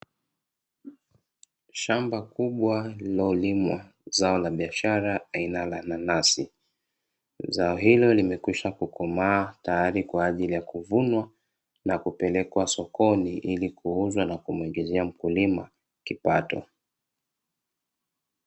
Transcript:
Shamba kubwa linalolimwa zao la biashara aina ya nanasi, zao hilo tayari limekomaa tayari kwa ajili ya kuvunwa na kupelekwa sokoni kuuzwa na kumpatia mkulima kipato.